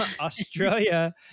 Australia